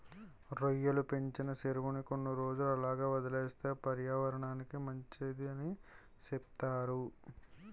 రొయ్యలు పెంచిన సెరువుని కొన్ని రోజులు అలాగే వదిలేస్తే పర్యావరనానికి మంచిదని సెప్తారు